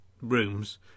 rooms